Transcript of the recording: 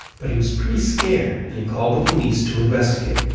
but he was pretty scared and he called the police to investigate.